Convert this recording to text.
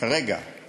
כרגע היא